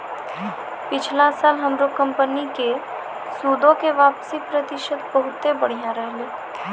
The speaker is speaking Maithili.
पिछला साल हमरो कंपनी के सूदो के वापसी प्रतिशत बहुते बढ़िया रहलै